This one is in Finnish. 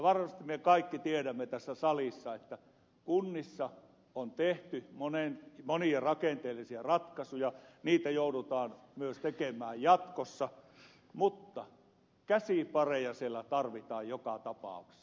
varmasti me kaikki tiedämme tässä salissa että kunnissa on tehty monia rakenteellisia ratkaisuja niitä joudutaan myös tekemään jatkossa mutta käsipareja siellä tarvitaan joka tapauksessa